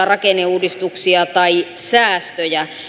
rakenneuudistuksia tai säästöjä